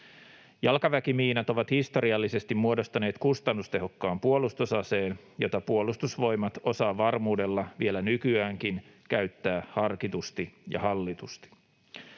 Jalkaväkimiinat ovat historiallisesti muodostaneet kustannustehokkaan puolustusaseen, jota Puolustusvoimat osaa varmuudella vielä nykyäänkin käyttää harkitusti ja hallitusti.